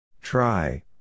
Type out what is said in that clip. try